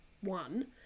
one